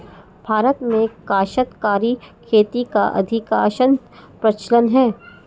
भारत में काश्तकारी खेती का अधिकांशतः प्रचलन है